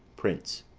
prince.